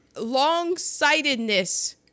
Long-sightedness